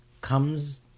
comes